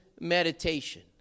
meditation